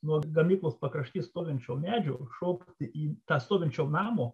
nuo gamyklos pakrašty stovinčio medžio šokti į tą stovinčio namo